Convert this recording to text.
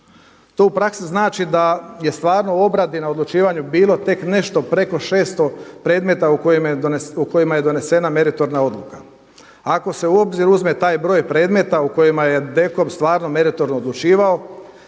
To u praksi znači da je stvarno u obradi na odlučivanju bilo tek nešto preko 600 predmeta u kojima je donesena meritorna odluka. Ako se u obzir uzme taj broj predmeta u kojima je DKOM stvarno meritorno odlučivao